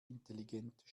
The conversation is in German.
intelligente